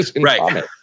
Right